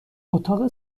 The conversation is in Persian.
اتاق